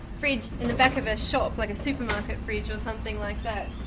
fridge in the back of a shop, like a supermarket fridge or something like that.